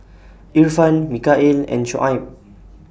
Irfan Mikhail and Shoaib